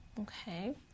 Okay